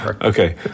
Okay